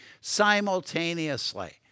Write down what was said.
simultaneously